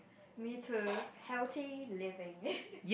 me too healthy living